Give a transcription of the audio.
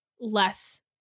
less